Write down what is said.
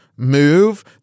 Move